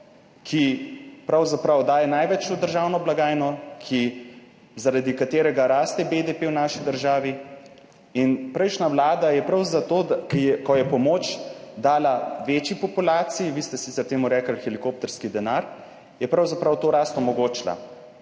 ki pravzaprav daje največ v državno blagajno, zaradi katerega raste BDP v naši državi. Prejšnja vlada, ko je pomoč dala večji populaciji, vi ste sicer temu rekli helikopterski denar, je pravzaprav to rast omogočila.